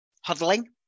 Huddling